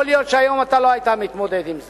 יכול להיות שהיום אתה לא היית מתמודד עם זה.